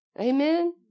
Amen